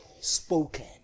spoken